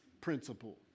principle